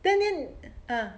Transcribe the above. then then ah